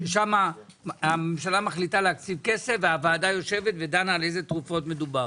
שמה הממשלה מחליטה להקציב כסף והוועדה יושבת ודנה על איזה תרופות מדובר.